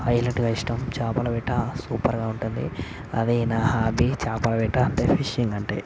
హైలెట్గా ఇష్టం చేపల వేట సూపర్గా ఉంటాది అది నా హాబీ చేపల వేట ఫిషింగ్ అంటే